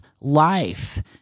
life